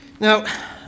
Now